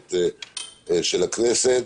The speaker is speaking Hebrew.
המערכת של הכנסת,